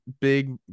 big